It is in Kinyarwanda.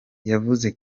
yavuze